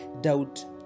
doubt